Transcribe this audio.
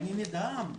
אני נדהם,